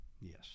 Yes